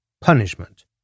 punishment